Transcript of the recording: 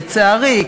לצערי,